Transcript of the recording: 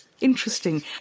Interesting